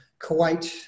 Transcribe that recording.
Kuwait